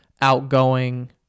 outgoing